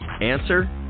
Answer